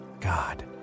God